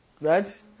Right